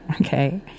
Okay